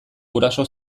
guraso